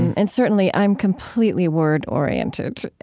and certainly, i'm completely word-oriented.